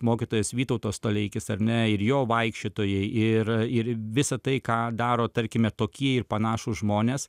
mokytojas vytautas toleikis ar ne ir jo vaikščiotojai ir ir visa tai ką daro tarkime tokie ir panašūs žmonės